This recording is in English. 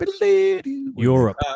europe